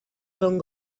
són